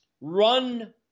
run